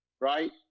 right